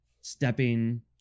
stepping